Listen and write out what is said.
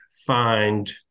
find